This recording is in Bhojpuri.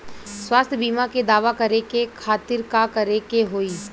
स्वास्थ्य बीमा के दावा करे के खातिर का करे के होई?